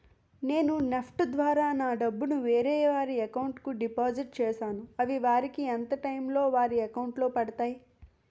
నేను నెఫ్ట్ ద్వారా నా డబ్బు ను వేరే వారి అకౌంట్ కు డిపాజిట్ చేశాను అవి వారికి ఎంత టైం లొ వారి అకౌంట్ లొ పడతాయి?